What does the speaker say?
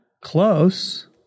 Close